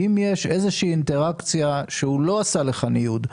אם יש איזושהי אינטראקציה שבה הוא לא עשה לך ניוד,